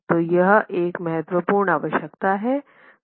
तो यह एक महत्वपूर्ण आवश्यकता है